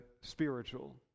spiritual